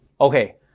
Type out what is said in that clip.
Okay